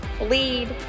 lead